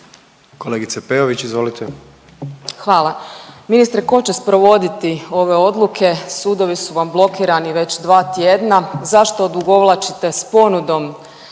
Katarina (RF)** Hvala. Ministre, tko će sprovoditi ove odluke? Sudovi su vam blokirani već 2 tjedna. Zašto odugovlačite s ponudom